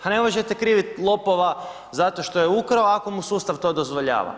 A ne možete kriviti lopova zato što je ukrao ako mu sustav to dozvoljava.